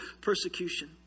persecution